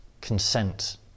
consent